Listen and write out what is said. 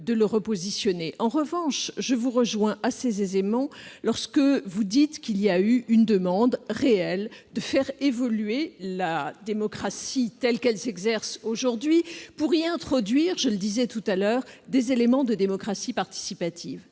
de le repositionner. En revanche, je vous rejoins assez aisément lorsque vous soulignez une demande d'évolution de la démocratie telle qu'elle s'exerce aujourd'hui pour y introduire, je le disais, des éléments de démocratie participative.